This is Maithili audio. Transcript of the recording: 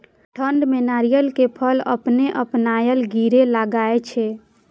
ठंड में नारियल के फल अपने अपनायल गिरे लगए छे?